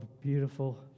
beautiful